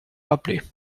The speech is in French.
rappeler